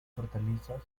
hortalizas